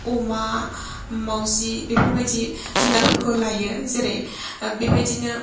अमा मावजि बेफोरबादि जुनार फोरखौ लायो जेरै बेबादिनो